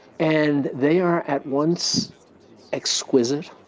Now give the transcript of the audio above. and they are at once exquisite,